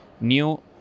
new